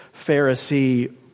Pharisee